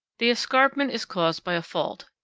the escarpment is caused by a fault,